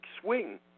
swing